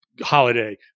holiday